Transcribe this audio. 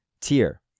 tier